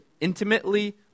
intimately